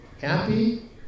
happy